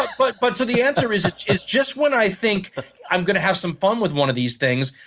but but so the answer is is just when i think i'm going to have some fun with one of these things,